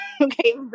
Okay